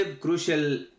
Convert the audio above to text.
crucial